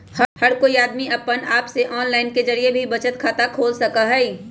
हर कोई अमदी अपने आप से आनलाइन जरिये से भी बचत खाता खोल सका हई